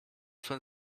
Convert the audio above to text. von